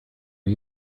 are